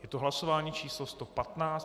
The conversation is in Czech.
Je to hlasování číslo 115.